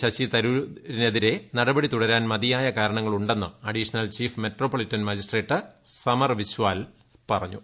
ശശിതരൂരിനെതിരെ നടപടി തുടരാൻ മതിയായ കാരണങ്ങൾ ഉ ന്ന് additional chief metropolitan magistrate സമർവിശാൽ പറഞ്ഞു